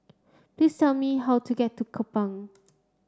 please tell me how to get to Kupang